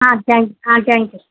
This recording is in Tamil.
ஆ தேங்க் ஆ தேங்க் யூ சார்